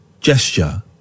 gesture